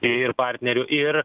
ir partnerių ir